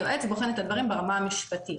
היועץ בוחן את הדברים ברמה המשפטית.